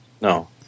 no